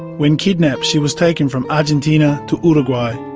when kidnapped she was taken from argentina to uruguay.